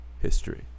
history